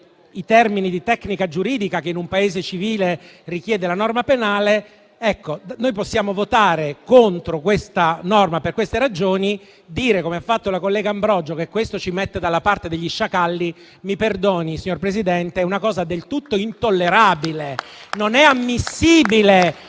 termini di tecnica giuridica che, in un Paese civile, richiede la norma penale. Ecco, noi possiamo votare contro questa norma per queste ragioni, ma dire - come ha fatto la collega Ambrogio - che questo ci mette dalla parte degli sciacalli, mi perdoni, signor Presidente, è una cosa del tutto intollerabile.